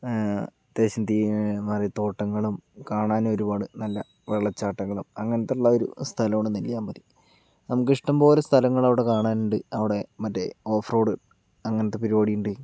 അത്യാവശ്യം തോട്ടങ്ങളും കാണാൻ ഒരുപാട് നല്ല വെള്ളച്ചാട്ടങ്ങളും അങ്ങനത്തെയുള്ള ഒരു സ്ഥലമാണ് നെല്ലിയാമ്പതി നമുക്ക് ഇഷ്ടം പോലെ സ്ഥലങ്ങളവിടെ കാണാനുണ്ട് അവിടെ മറ്റേ ഓഫ്റോഡ് അങ്ങനത്തെ പരിപാടിയുണ്ട്